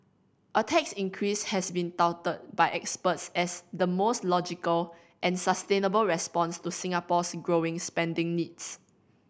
a tax increase has been touted by experts as the most logical and sustainable response to Singapore's growing spending needs